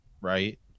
right